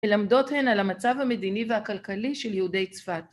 ‫ולמדות הן על המצב המדיני ‫והכלכלי של יהודי צפת.